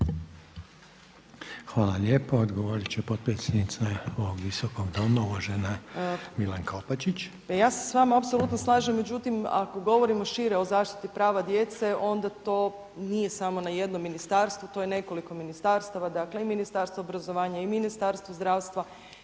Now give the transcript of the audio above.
Hvala. Odgovorit će potpredsjednica ovog Visokog doma uvažena Milanka Opačić. **Opačić, Milanka (SDP)** Pa je se s vama apsolutno slažem, međutim ako govorimo šire o zaštiti prava djece onda to nije samo na jednom ministarstvu to je nekoliko ministarstava i Ministarstvo obrazovanja i Ministarstvo zdravstva